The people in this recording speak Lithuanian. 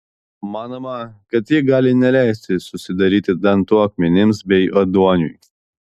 manoma kad ji gali neleisti susidaryti dantų akmenims bei ėduoniui